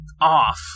off